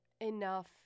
enough